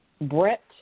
Brett